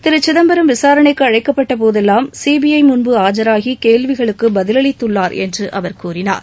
திரு சிதம்பரம் விசாரணைக்கு அழைக்கப்பட்ட போதெல்லாம் சிபிஐ முன்பு ஆஜராகி கேள்விகளுக்கு பதில் அளித்துள்ளார் என்று அவர் கூறினார்